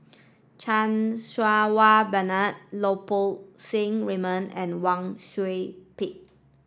Chan Wah Bernard Lau Poo Seng Raymond and Wang Sui Pick